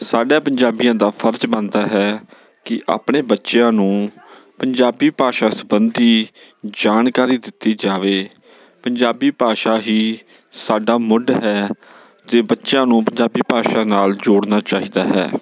ਸਾਡਾ ਪੰਜਾਬੀਆਂ ਦਾ ਫਰਜ਼ ਬਣਦਾ ਹੈ ਕਿ ਆਪਣੇ ਬੱਚਿਆਂ ਨੂੰ ਪੰਜਾਬੀ ਭਾਸ਼ਾ ਸਬੰਧੀ ਜਾਣਕਾਰੀ ਦਿੱਤੀ ਜਾਵੇ ਪੰਜਾਬੀ ਭਾਸ਼ਾ ਹੀ ਸਾਡਾ ਮੁੱਢ ਹੈ ਜੇ ਬੱਚਿਆਂ ਨੂੰ ਪੰਜਾਬੀ ਭਾਸ਼ਾ ਨਾਲ ਜੋੜਨਾ ਚਾਹੀਦਾ ਹੈ